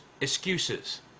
excuses